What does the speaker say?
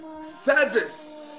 Service